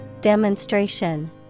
Demonstration